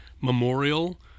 memorial